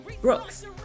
Brooks